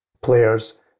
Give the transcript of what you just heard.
players